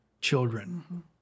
children